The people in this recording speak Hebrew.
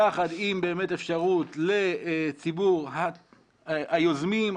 יחד עם אפשרות לציבור היוזמים,